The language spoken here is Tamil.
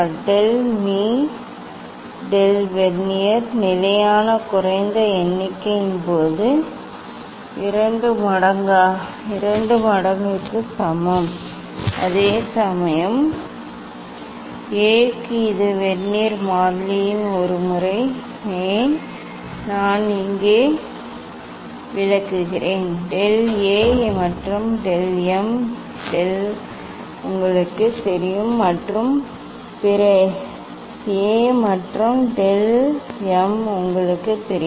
டெல் மீ டெல் வெர்னியர் நிலையான குறைந்த எண்ணிக்கையின் 2 மடங்குக்கு சமம் அதேசமயம் A க்கு இது வெர்னியர் மாறிலியின் ஒரு முறை ஏன் நான் இங்கே விளக்குகிறேன் டெல் ஏ மற்றும் டெல் எம் டெல் உங்களுக்கு தெரியும் மற்றும் பிற ஏ மற்றும் டெல் எம் உங்களுக்கு தெரியும்